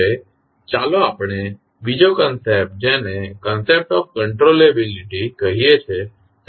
હવે ચાલો આપણે બીજો કંસેપ્ટ જેને કંસેપ્ટ ઓફ કંટ્રોલેબીલીટી કહીએ છે તેને સમજવાનો પ્રયત્ન કરીએ